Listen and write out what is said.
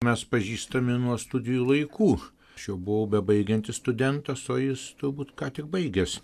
mes pažįstami nuo studijų laikų aš jau buvau bebaigiantis studentas o jis turbūt ką tik baigęs